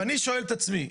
ואני שואל את עצמי,